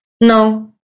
no